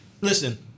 listen